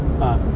ah